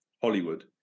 Hollywood